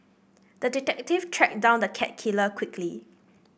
the detective tracked down the cat killer quickly